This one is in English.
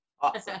Awesome